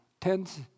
tens